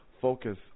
focus